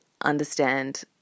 understand